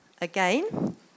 again